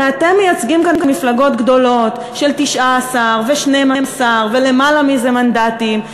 הרי אתם מייצגים כאן מפלגות גדולות של 19 ו-12 ולמעלה מזה מנדטים,